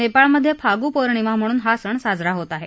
नेपाळमध्ये फागू पौर्णिमा म्हणून सण साजरा होत आहे